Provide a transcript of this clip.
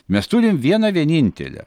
mes turim vieną vienintelę